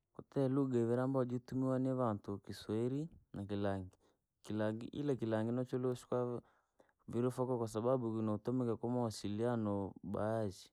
Kwatii luhaa ivirii ambayo jitumiwaa ni vantu ani kiswairi, na kilangii, kilangi ila kilangi notuchurusika vooo, virifokoo kwasababu vinatumikaa kwamawasiliano baadhii.